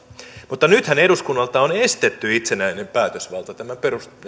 mutta nythän eduskunnalta on estetty itsenäinen päätösvalta tämän